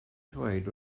ddweud